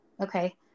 Okay